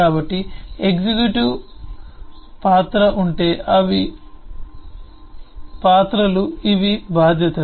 కాబట్టి ఎగ్జిక్యూటివ్ పాత్ర ఉంటే అప్పుడు ఇవి పాత్రలు ఇవి బాధ్యతలు